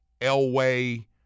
Elway